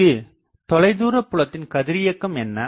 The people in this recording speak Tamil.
இங்கு தொலைதூர புலத்தின் கதிரியக்கம் என்ன